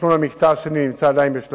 תכנון המקטע הראשון